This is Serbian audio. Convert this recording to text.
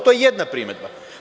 To je jedna primedba.